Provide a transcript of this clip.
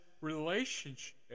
relationship